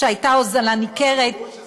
אף שהייתה הוזלה ניכרת --- אבל הם